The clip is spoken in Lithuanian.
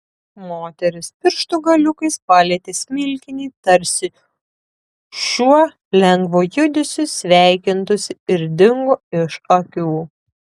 moteris pirštų galiukais palietė smilkinį tarsi šiuo lengvu judesiu sveikintųsi ir dingo iš akių